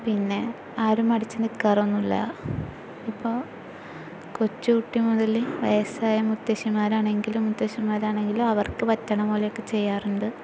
പിന്നെ ആരും മടിച്ചു നില്ക്കാറൊന്നും ഇല്ല ഇപ്പോൾ കൊച്ചു കുട്ടി മുതൽ വയസായ മുത്തശ്ശിമാരാണെങ്കിലും മുത്തശ്ശന്മാരാണെങ്കിലും അവര്ക്ക് പറ്റണപോലൊക്കെ ചെയ്യാറുണ്ട്